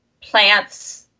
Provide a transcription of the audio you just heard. plants